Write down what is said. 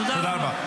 תודה רבה.